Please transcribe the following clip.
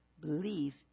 believe